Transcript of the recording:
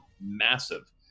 massive